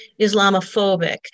Islamophobic